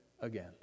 again